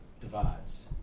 divides